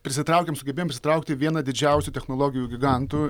prisitraukėm sugebėjom prisitraukti vieną didžiausių technologijų gigantų